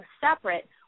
separate